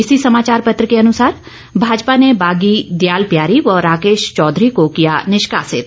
इसी समाचार पत्र के अनुसार भाजपा ने बागी दयाल प्यारी व राकेश चौधरी को किया निष्कासित